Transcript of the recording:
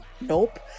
nope